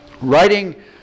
writing